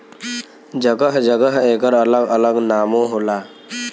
जगह जगह एकर अलग अलग नामो होला